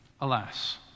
Alas